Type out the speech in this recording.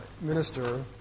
minister